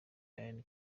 ian